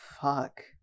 Fuck